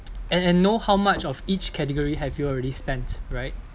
and and know how much of each category have you already spent right